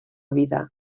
vida